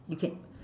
you can